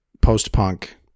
post-punk